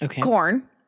corn